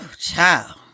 child